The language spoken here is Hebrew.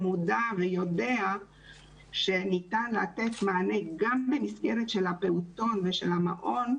מודע ויודע שניתן לתת מענה גם במסגרת הפעוטון והמעון,